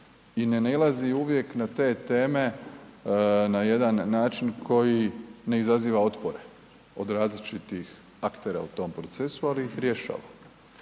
i ne nailazi uvijek na te teme na jedan način koji ne izaziva otpore od različitih aktera u tom procesu, ali ih rješava